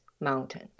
mountain